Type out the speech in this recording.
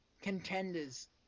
contenders